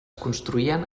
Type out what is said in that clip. construïen